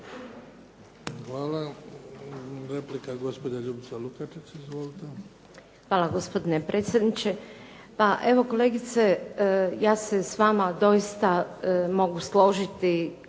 Hvala. Replika gospođa Ljubica Lukačić. Izvolite. **Lukačić, Ljubica (HDZ)** Hvala gospodine predsjedniče. Pa evo kolegice, ja se s vama doista mogu složiti